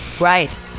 right